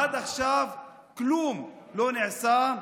עד עכשיו כלום לא נעשה.